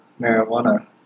marijuana